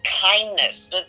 kindness